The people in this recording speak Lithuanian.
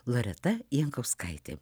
loreta jankauskaitė